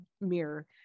mirror